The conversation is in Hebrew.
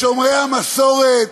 בשומרי המסורת.